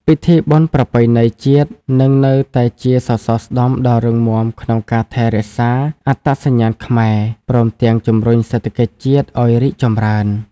ពិធីបុណ្យប្រពៃណីជាតិនឹងនៅតែជាសសរស្តម្ភដ៏រឹងមាំក្នុងការថែរក្សាអត្តសញ្ញាណខ្មែរ ព្រមទាំងជំរុញសេដ្ឋកិច្ចជាតិឱ្យរីកចម្រើន។